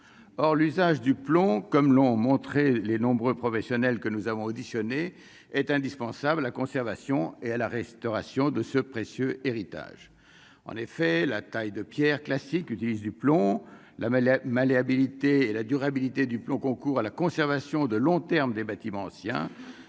or l'usage du plomb, comme l'ont montré les nombreux professionnels que nous avons est indispensable à la conservation et à la restauration de ce précieux héritage en effet la taille de Pierre classique utilise du plomb la la malléabilité et la durabilité du plomb concours à la conservation de long terme des bâtiments anciens